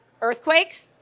Earthquake